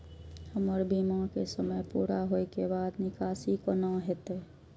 हमर बीमा के समय पुरा होय के बाद निकासी कोना हेतै?